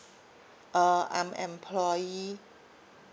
uh I'm employee